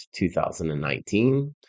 2019